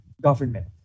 government